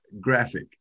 graphic